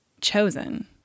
chosen